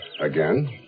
Again